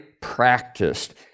practiced